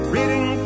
Reading